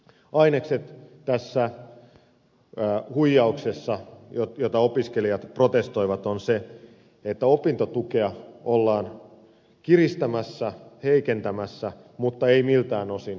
ainekset tässä huijauksessa jota vastaan opiskelijat protestoivat olivat ne että opintotukea ollaan kiristämässä heikentämässä mutta ei miltään osin parantamassa